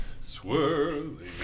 Swirling